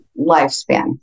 lifespan